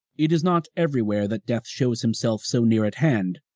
it is not everywhere that death shows himself so near at hand,